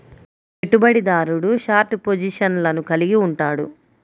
పెట్టుబడిదారుడు షార్ట్ పొజిషన్లను కలిగి ఉంటాడు